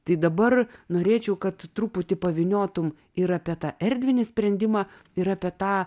tai dabar norėčiau kad truputį pavyniotum ir apie tą erdvinį sprendimą ir apie tą